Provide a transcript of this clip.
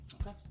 Okay